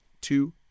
two